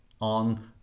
on